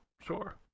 sure